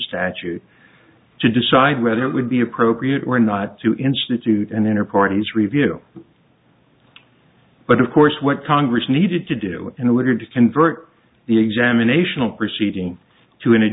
statute to decide whether it would be appropriate or not to institute an inner party's review but of course what congress needed to do in order to convert the examination proceeding to an